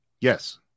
Yes